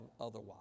otherwise